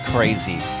Crazy